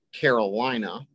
Carolina